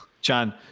John